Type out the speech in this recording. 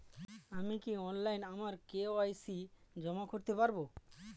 আমি কি অনলাইন আমার কে.ওয়াই.সি জমা করতে পারব?